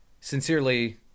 Sincerely